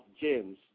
James